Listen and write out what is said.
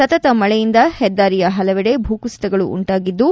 ಸತತ ಮಳೆಯಿಂದ ಹೆದ್ದಾರಿಯ ಪಲವೆಡೆ ಭೂಕುಸಿತಗಳು ಉಂಟಾಗಿದ್ದು